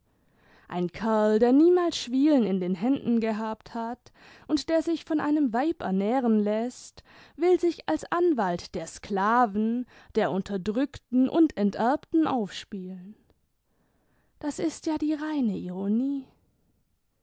ein kerl der niemals schwielen in den händen gehabt hat und der sich von einem weib ernähren läßt will sich als anwalt der sklaven der unterdrückten imd enterbten aufspielen das ist ja die reine